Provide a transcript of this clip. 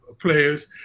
players